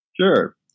Sure